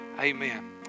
amen